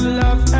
love